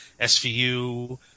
SVU